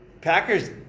Packers